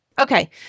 Okay